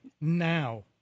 Now